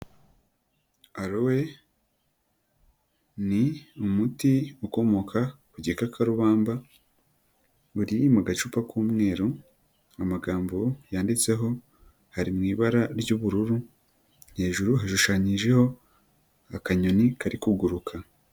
Aloe ni umuti ukomoka ku gikakarubamba uri mu gacupa k'umweru, amagambo yanditseho ari mu ibara ry'ubururu, hejuru hashushanyijeho akanyoni kari kuguruka.